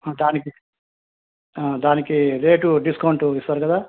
దానికి దానికి rate discount ఇస్తారు కదా